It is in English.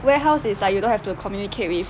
warehouse it's like you don't have to communicate with